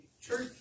church